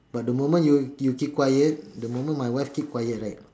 but the moment you you keep quiet the moment my wife keep quiet right